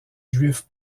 juifs